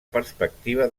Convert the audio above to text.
perspectiva